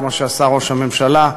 כמו שעשה ראש הממשלה,